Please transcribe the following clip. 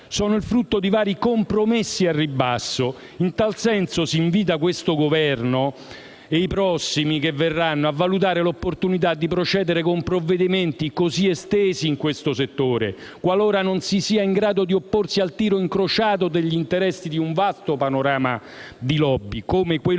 sono il frutto di vari compromessi al ribasso. In tal senso, si invita questo Governo e i prossimi che verranno a valutare l'opportunità di procedere con provvedimenti così estesi in questo settore, qualora non si sia in grado di opporsi al tiro incrociato degli interessi di un vasto panorama di *lobby* come quello presente